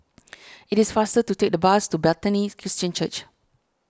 it is faster to take the bus to Bethany Christian Church